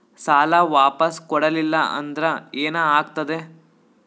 ಸಾಲ ವಾಪಸ್ ಕೊಡಲಿಲ್ಲ ಅಂದ್ರ ಏನ ಆಗ್ತದೆ?